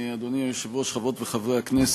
אדוני היושב-ראש, תודה רבה, חברות וחברי הכנסת,